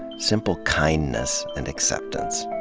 simple kindness and acceptance,